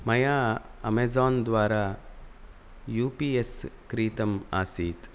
मया अमेज़ान् द्वारा U P S क्रीतम् आसीत्